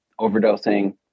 overdosing